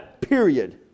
period